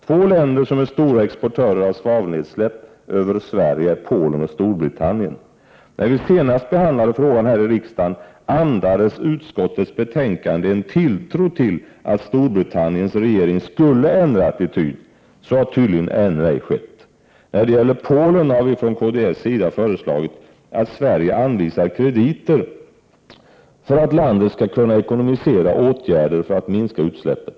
Två länder som är stora exportörer av svavelnedsläpp över Sverige är Polen och Storbritannien. När vi senast behandlade frågan här i riksdagen andades utskottets betänkande tilltro till att Storbritanniens regering skulle ändra attityd. Så har tydligen ännu ej skett. När det gäller Polen har vi från kds föreslagit att Sverige anvisar krediter för att landet skall kunna ekonomisera åtgärder för att minska utsläppen.